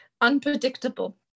unpredictable